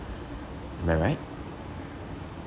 am I right